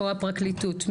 או הפרקליטות,